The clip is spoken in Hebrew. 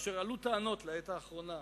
כאשר עלו טענות בעת האחרונה,